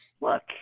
Look